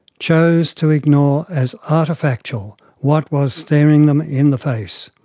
choose to ignore as artefactual what was staring them in the face.